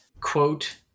quote